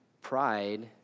Pride